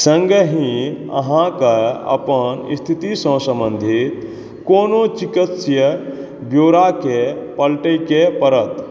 सङ्गहि अहाँके अपन स्थितिसँ सम्बन्धित कोनो चिकित्सीय ब्योराके पलटैके पड़त